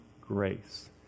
grace